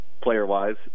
player-wise